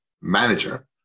manager